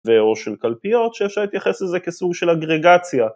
ואו של קלפיות שאפשר להתייחס לזה כסוג של אגרגציה.